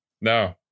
No